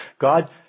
God